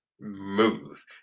move